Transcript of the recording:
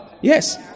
Yes